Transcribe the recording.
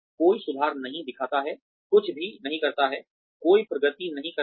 कोई सुधार नहीं दिखाता है कुछ भी नहीं करता है कोई प्रगति नहीं करता है